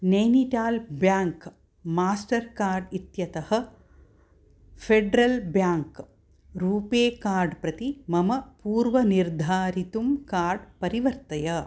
Nainital bank Mastercard इत्यतः federal bank RuPay card प्रति मम पूर्वनिर्धारितं कार्ड् परिवर्तय